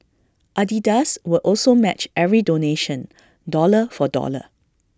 Adidas will also match every donation dollar for dollar